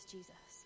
Jesus